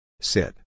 Sit